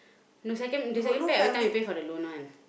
the second the second pair everytime we pay for the loan one